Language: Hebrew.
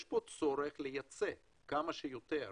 יש פה צורך לייצא כמה שיותר